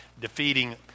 defeating